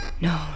no